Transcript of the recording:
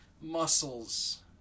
muscles